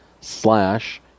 slash